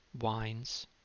wines